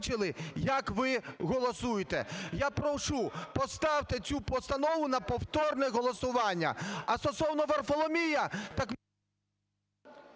Я прошу, поставте цю постанову на повторне голосування.